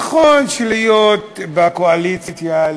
נכון שלהיות בקואליציה,